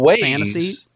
fantasy